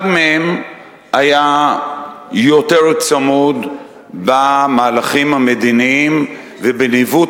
אחד מהם היה יותר צמוד במהלכים המדיניים ובניווט